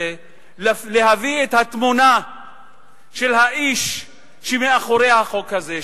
להביא את התמונה של האיש שעומד מאחורי החוק הזה,